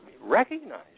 recognize